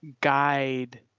guide